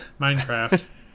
minecraft